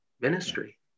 ministry